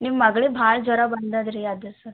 ನಿಮ್ಮ ಮಗ್ಳಿಗೆ ಭಾಳ ಜ್ವರ ಬಂದದೆ ರೀ ಅದೇ ಸ